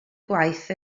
gwaith